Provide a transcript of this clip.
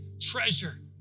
Treasure